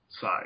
side